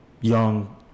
young